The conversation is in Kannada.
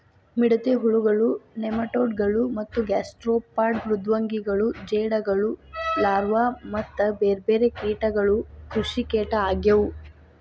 ಮಿಡತೆ ಹುಳಗಳು, ನೆಮಟೋಡ್ ಗಳು ಮತ್ತ ಗ್ಯಾಸ್ಟ್ರೋಪಾಡ್ ಮೃದ್ವಂಗಿಗಳು ಜೇಡಗಳು ಲಾರ್ವಾ ಮತ್ತ ಬೇರ್ಬೇರೆ ಕೇಟಗಳು ಕೃಷಿಕೇಟ ಆಗ್ಯವು